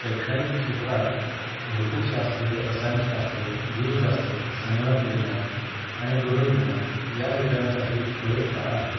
शैक्षणिक क्षेत्रात भौतिकशास्त्र रसायनशास्त्र जीवशास्त्र संगणक विज्ञान आणि गृहविज्ञान या विषयांसाठी प्रयोगशाळा आहेत